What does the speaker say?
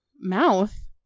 mouth